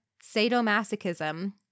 sadomasochism